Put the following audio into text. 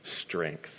strength